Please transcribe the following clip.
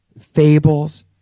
fables